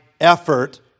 effort